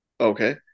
Okay